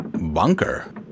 Bunker